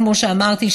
כמו שאמרתי,